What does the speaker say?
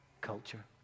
culture